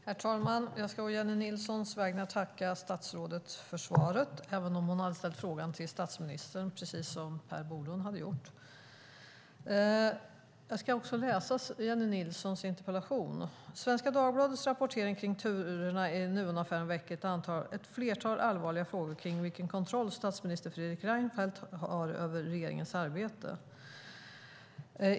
Herr talman! Jag ska å Jennie Nilssons vägnar tacka statsrådet för svaret, även om hon hade ställt frågan till statsministern, precis som Per Bolund hade gjort. Jag ska läsa ur Jennie Nilssons interpellation. "Svenska Dagbladets rapportering kring turerna i Nuonaffären väcker ett flertal allvarliga frågor kring vilken kontroll statsminister Fredrik Reinfeldt har över regeringens arbete.